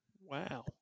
Wow